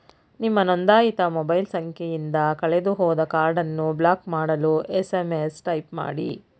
ನಿಮ್ಮ ನೊಂದಾಯಿತ ಮೊಬೈಲ್ ಸಂಖ್ಯೆಯಿಂದ ಕಳೆದುಹೋದ ಕಾರ್ಡನ್ನು ಬ್ಲಾಕ್ ಮಾಡಲು ಎಸ್.ಎಂ.ಎಸ್ ಟೈಪ್ ಮಾಡಿ